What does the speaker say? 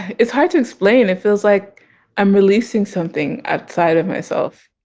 it's hard to explain it feels like i'm releasing something outside of myself